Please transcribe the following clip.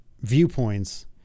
viewpoints